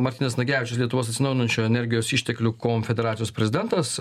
martynas nagevičius lietuvos atsinaujinančių energijos išteklių konfederacijos prezidentas